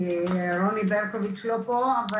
רוני ברקוביץ לא פה.